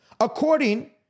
according